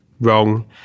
wrong